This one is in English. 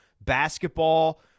basketball –